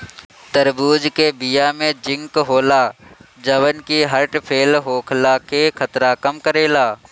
तरबूज के बिया में जिंक होला जवन की हर्ट फेल होखला के खतरा कम करेला